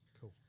Cool